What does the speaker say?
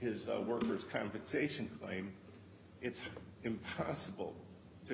his worker's compensation claim it's impossible to